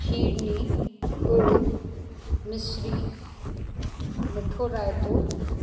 खीरनी ॻुड़ मिश्री मिठो रायतो